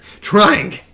trying